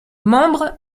membres